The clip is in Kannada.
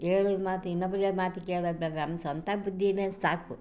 ಹೇಳಿದ ಮಾತು ಇನ್ನೊಬ್ರು ಹೇಳಿದ ಮಾತು ಕೇಳೋದು ಬೇಡ ನಮ್ಮ ಸ್ವಂತ ಬುದ್ಧಿಯೇ ಸಾಕು